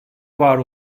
var